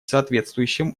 соответствующим